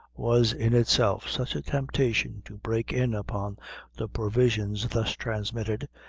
was in itself such a temptation to break in upon the provisions thus transmitted,